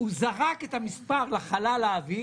הוא זרק את המספר לחלל האוויר,